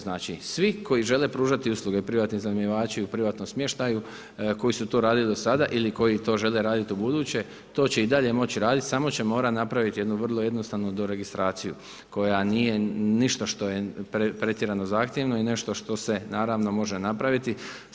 Znači, svi koji žele pružati usluge, privatni iznajmljivači i u privatnom smještaju koji su to radili do sada ili koji to žele raditi ubuduće, to će i dalje moći raditi, samo će morati napraviti jednu vrlo jednostavnu doregistraciju koja nije ništa što je pretjerano zahtjevno i nešto što se naravno može napraviti.